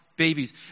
babies